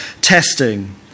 testing